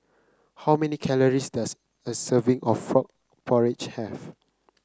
how many calories does a serving of Frog Porridge have